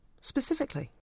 specifically